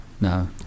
No